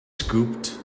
scooped